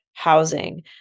housing